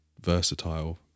versatile